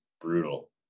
brutal